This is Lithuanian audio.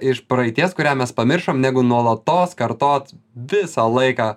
iš praeities kurią mes pamiršom negu nuolatos kartot visą laiką